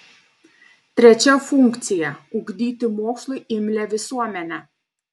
trečia funkcija ugdyti mokslui imlią visuomenę